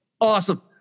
Awesome